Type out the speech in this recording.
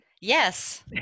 Yes